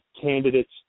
candidates